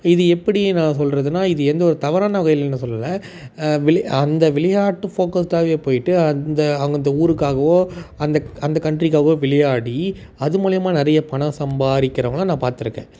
இது எப்படி நான் சொல்வதுனா இது எந்தவொரு தவறான வகையில்னு சொல்லலை விளை அந்த விளையாட்டு ஃபோக்கஸ்டாகவே போயிட்டு அந்த அங்கே அந்த ஊருக்காகவோ அந்தக் அந்தக் கன்ட்ரிக்காவோ விளையாடி அது மூலயமா நிறைய பணம் சம்பாதிக்கிறவங்கள நான் பார்த்துருக்கேன்